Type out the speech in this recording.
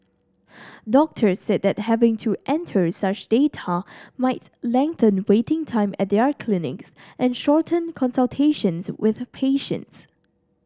doctors said that having to enter such data might lengthen waiting time at their clinics and shorten consultations with patients